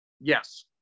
Yes